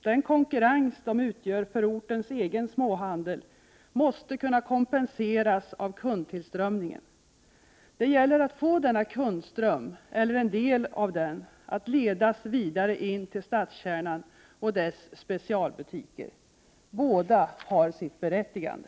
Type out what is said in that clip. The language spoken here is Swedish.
Den konkurrens de utgör för ortens egen småhandel måste kunna kompenseras av kundtillströmningen. Det gäller att få denna kundström, eller en del därav, att ledas vidare in till stadskärnan och dess specialbutiker. Båda har sitt berättigande.